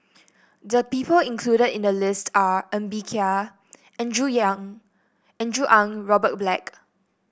the people included in the list are Ng Bee Kia Andrew Yang Andrew Ang Robert Black